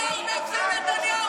שהייעוץ המשפטי,